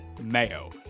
MAYO